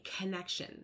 connection